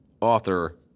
author